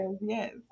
yes